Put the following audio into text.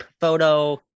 photo